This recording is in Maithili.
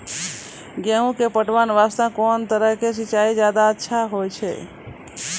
गेहूँ के पटवन वास्ते कोंन तरह के सिंचाई ज्यादा अच्छा होय छै?